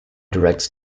directs